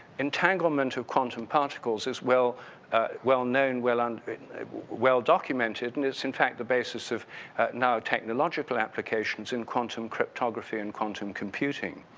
entanglement of quantum particles is well well known, well and well documented and this in fact the basis of now technological applications in quantum cryptography and quantum computing.